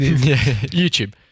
YouTube